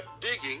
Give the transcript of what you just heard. digging